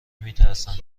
میترسند